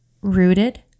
rooted